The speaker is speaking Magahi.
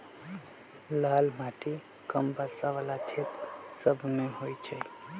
लाल माटि कम वर्षा वला क्षेत्र सभमें होइ छइ